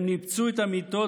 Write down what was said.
הם ניפצו את המיטות,